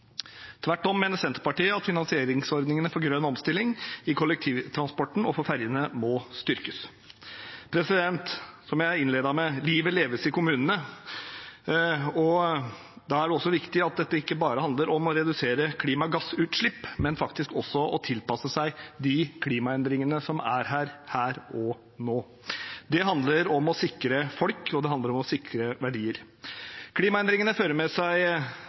Tvert om mener Senterpartiet at finansieringsordningene for grønn omstilling i kollektivtransporten og for ferjene må styrkes. Som jeg innledet med: Livet leves i kommunene. Da er det også viktig at dette ikke bare handler om å redusere klimagassutslipp, men faktisk også om å tilpasse seg de klimaendringene som er her – her og nå. Det handler om å sikre folk, og det handler om å sikre verdier. Klimaendringene fører med seg